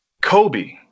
kobe